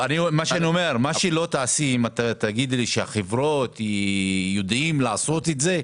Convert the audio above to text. אם תגידי שהחברות יודעות לעשות את זה,